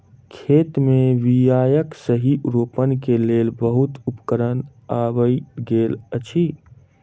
खेत मे बीयाक सही रोपण के लेल बहुत उपकरण आइब गेल अछि